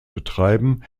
betreiben